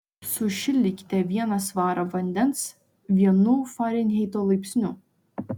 sušildykite vieną svarą vandens vienu farenheito laipsniu